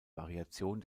variation